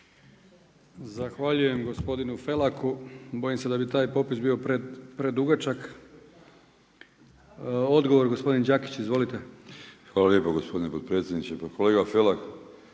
Zahvaljujem gospodinu Felaku. Bojim se da bi taj popis predugačak. Odgovor gospodin Đakić. Izvolite. **Đakić, Josip (HDZ)** Hvala lijepo gospodine potpredsjedniče. Kolega Felak,